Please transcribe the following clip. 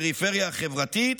שבפריפריה החברתית,